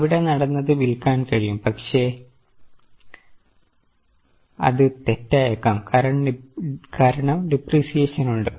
അവിടെ നടന്നത് വിൽക്കാൻ കഴിയും പക്ഷേ അത് തെറ്റായേക്കാം കാരണം ഡിപ്രിസിയേഷൻ ഉണ്ട്